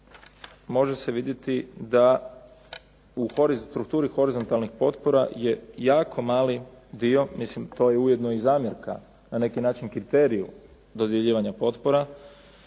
može se vidjeti da u strukturi horizontalnih potpora je jako mali dio, to je ujedno i zamjerka na neki način kriteriju dodjeljivanja potpora,